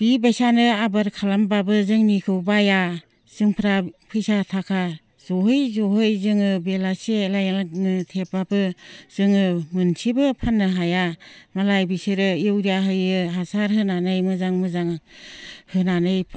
बिबायसानो आबाद खालामबाबो जोंनिखौ बाया जोंफोरा फैसा थाखा ज'है ज'है जोङो बेलासेलायलाङो थेवब्लाबो जोङो मोनसेबो फाननो हाया मालाय बिसोरो इउरिया होयो हासार होनानै मोजां मोजां होनानै